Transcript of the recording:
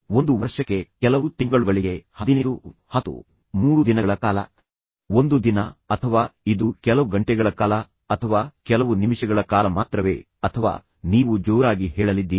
1 ವರ್ಷಕ್ಕೆ ಕೆಲವು ತಿಂಗಳುಗಳಿಗೆ 15 10 3 ದಿನಗಳ ಕಾಲ 1 ದಿನ ಅಥವಾ ಇದು ಕೆಲವು ಗಂಟೆಗಳ ಕಾಲ ಅಥವಾ ಕೆಲವು ನಿಮಿಷಗಳ ಕಾಲ ಮಾತ್ರವೇ ಅಥವಾ ನೀವು ಜೋರಾಗಿ ಹೇಳಲಿದ್ದೀರಿ